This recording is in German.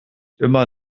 immer